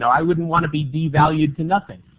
i would not want to be devalued to nothing.